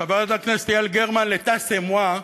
חברת הכנסת יעל גרמן, L'Etat c'est moi,